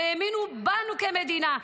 והאמינו בנו כמדינה,